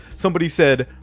somebody said,